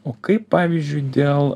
o kaip pavyzdžiui dėl